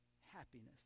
happiness